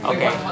Okay